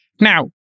now